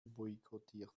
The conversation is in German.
boykottiert